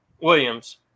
Williams